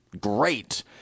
great